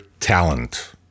Talent